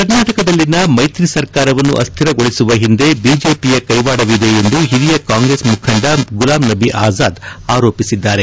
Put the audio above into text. ಕರ್ನಾಟಕದಲ್ಲಿನ ಮೈತ್ರಿ ಸರ್ಕಾರವನ್ನು ಅಸ್ವಿರಗೊಳಿಸುವ ಹಿಂದೆ ಬಿಜೆಪಿಯ ಕೈವಾಡವಿದೆ ಎಂದು ಹಿರಿಯ ಕಾಂಗ್ರೆಸ್ ಮುಖಂಡ ಗುಲಾಂ ನಬಿ ಅಜಾದ್ ಆರೋಪಿಸಿದ್ದಾರೆ